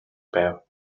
байв